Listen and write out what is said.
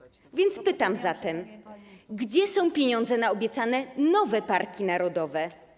A więc pytam: Gdzie są pieniądze na obiecane nowe parki narodowe?